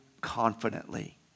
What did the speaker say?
confidently